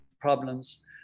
problems